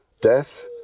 death